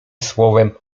słowem